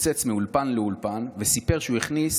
התרוצץ מאולפן לאולפן וסיפר שהוא הכניס